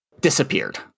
disappeared